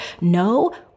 No